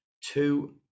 two